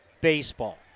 baseball